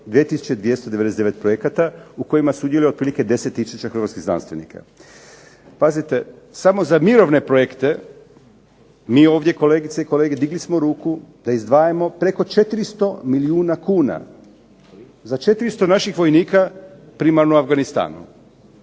299 projekata u kojima sudjeluje otprilike 10 tisuća hrvatskih znanstvenika. Pazite, samo za mirovne projekte, mi ovdje kolegice i kolege digli smo ruku da izdvajamo preko 400 milijuna kuna, za 400 naših vojnika primarno u Afganistanu.